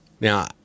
Now